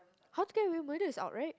How to Get Away with Murder is out right